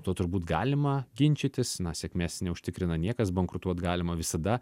tuo turbūt galima ginčytis na sėkmės neužtikrina niekas bankrutuot galima visada